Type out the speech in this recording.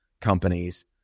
companies